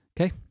Okay